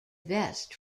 vest